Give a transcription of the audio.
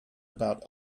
about